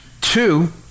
two